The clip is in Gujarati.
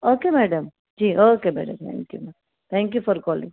okay madam ji okay madam thank you thank you for calling